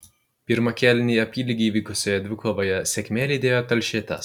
pirmą kėlinį apylygiai vykusioje dvikovoje sėkmė lydėjo telšietes